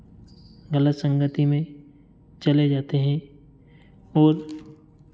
गलत संगति में चले जाते हैं और